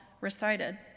recited